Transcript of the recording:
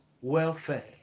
welfare